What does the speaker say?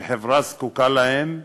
שחברה זקוקה להם,